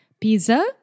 pizza